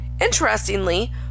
Interestingly